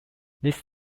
this